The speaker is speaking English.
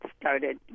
started